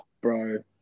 bro